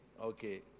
Okay